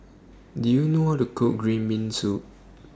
Do YOU know How to Cook Green Bean Soup